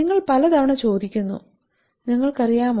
നിങ്ങൾ പല തവണ ചോദിക്കുന്നു നിങ്ങൾക്കറിയാമോ